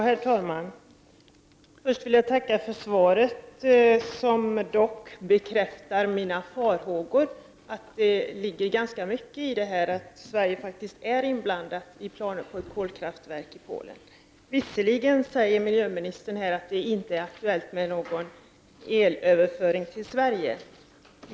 Herr talman! Först vill jag tacka för svaret, som dock bekräftar mina farhågor, nämligen att det ligger ganska mycket i det som har sagts om att Sve rige faktiskt är inblandat i planer på ett kolkraftverk i Polen. Visserligen säger miljöministern att det inte är aktuellt med någon elöverföring till Sverige.